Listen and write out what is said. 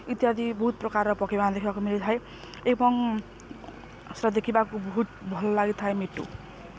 ଇତ୍ୟାଦି ବହୁତ ପ୍ରକାର ପକ୍ଷୀମାନେ ଦେଖିବାକୁ ମିଳିଥାଏ ଏବଂ ସେଇଟା ଦେଖିବାକୁ ବହୁତ ଭଲ ଲାଗିଥାଏ ମିଟୁ